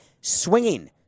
swinging